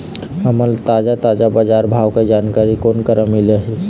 हमन ला ताजा ताजा बजार भाव के जानकारी कोन करा से मिलही?